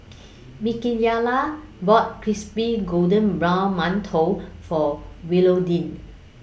Mikayla bought Crispy Golden Brown mantou For Willodean